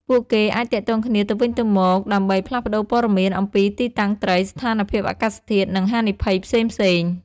ពួកគេអាចទាក់ទងគ្នាទៅវិញទៅមកដើម្បីផ្លាស់ប្ដូរព័ត៌មានអំពីទីតាំងត្រី ស្ថានភាពអាកាសធាតុ និងហានិភ័យផ្សេងៗ។